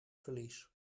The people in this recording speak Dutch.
verlies